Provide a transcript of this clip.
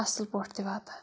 اَصٕل پٲٹھۍ تہِ واتان